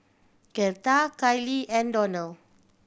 Gertha Kailee and Donald